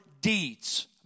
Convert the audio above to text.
deeds